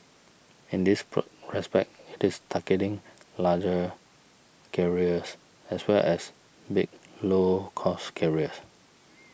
in this pro respect it is targeting larger carriers as well as big low cost carriers